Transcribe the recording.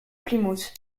plymouth